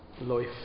Life